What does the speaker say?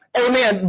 amen